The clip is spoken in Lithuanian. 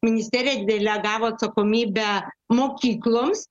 ministerija delegavo atsakomybę mokykloms